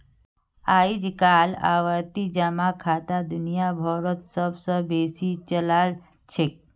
अइजकाल आवर्ती जमा खाता दुनिया भरोत सब स बेसी चलाल छेक